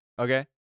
Okay